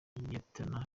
liyetona